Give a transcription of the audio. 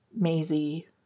Maisie